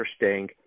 interesting